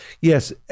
Yes